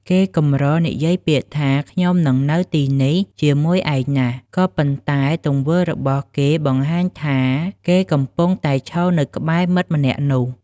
គេកម្រនិយាយពាក្យថា "ខ្ញុំនឹងនៅទីនេះជាមួយឯងណាស់" ក៏ប៉ុន្តែទង្វើរបស់គេបង្ហាញថា គេកំពុងតែឈរនៅក្បែរមិត្តម្នាក់នោះ។